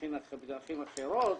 בדרכים אחרות,